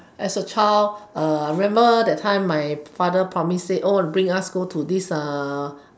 as a child I remember that time my father promised us to bring us go to this